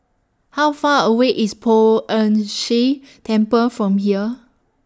How Far away IS Poh Ern Shih Temple from here